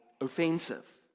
offensive